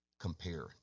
compare